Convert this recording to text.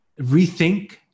rethink